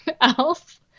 else